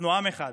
אנחנו עם אחד.